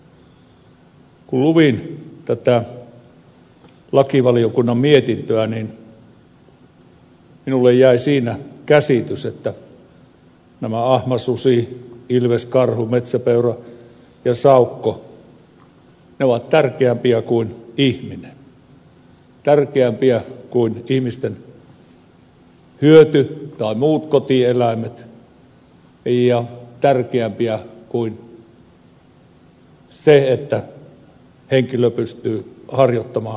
kun luin tätä lakivaliokunnan mietintöä niin minulle jäi siinä käsitys että ahma susi ilves karhu metsäpeura ja saukko ovat tärkeämpiä kuin ihminen tärkeämpiä kuin ihmisten hyöty tai muut kotieläimet ja tärkeämpiä kuin se että henkilö pystyy harjoittamaan ammattiaan